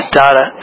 data